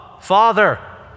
Father